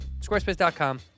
squarespace.com